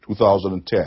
2010